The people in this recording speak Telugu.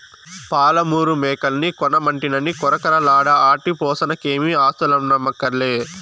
పాలమూరు మేకల్ని కొనమంటినని కొరకొరలాడ ఆటి పోసనకేమీ ఆస్థులమ్మక్కర్లే